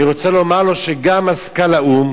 אני רוצה לומר לו שגם מזכ"ל האו"ם